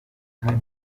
hano